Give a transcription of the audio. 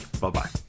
Bye-bye